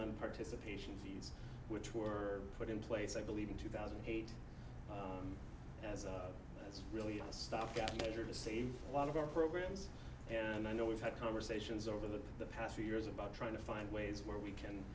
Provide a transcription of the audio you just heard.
on participation fees which were put in place i believe in two thousand and eight as it's really a stopgap measure to save a lot of our programs and i know we've had conversations over the past few years about trying to find ways where we can